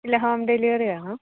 ഇല്ല home delivery ആണോ